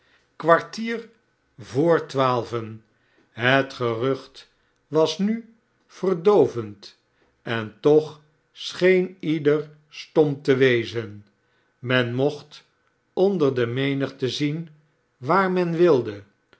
kwartier vr twaalven het gerucht was nu verdoovend en tpch scheen ieder stom te wezen men mocht onder de menigte zien waar men wilde